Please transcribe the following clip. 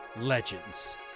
Legends